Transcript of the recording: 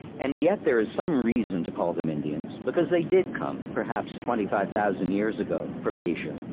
and yet, there is some reason to call them indians, because they did come, perhaps twenty five thousand years ago, from asia,